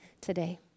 today